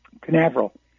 Canaveral